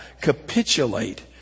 capitulate